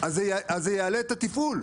אז זה יעלה את התפעול.